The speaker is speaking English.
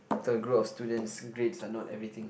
the group of students grades are not everything